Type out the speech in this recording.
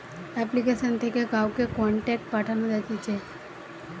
application থেকে কাউকে contact পাঠানো যাতিছে